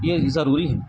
یہ ضروری ہے